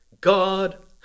God